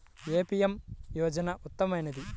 ఏ PM యోజన ఉత్తమమైనది?